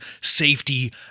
safety